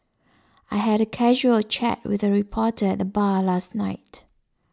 I had a casual chat with a reporter at the bar last night